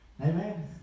Amen